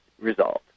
resolved